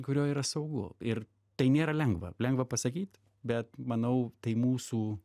kurioje yra saugu ir tai nėra lengva lengva pasakyt bet manau tai mūsų